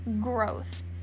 growth